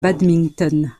badminton